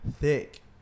Thick